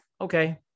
okay